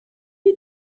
you